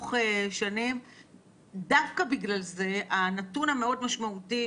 ארוך שנים דווקא בגלל זה הנתון המאוד משמעותי